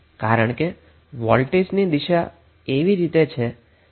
કારણ કે વોલ્ટેજની દિશા એવી રીતે છે કે તે પોઝિટિવ કરન્ટ આપી રહી છે